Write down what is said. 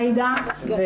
עאידה.